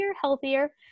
healthier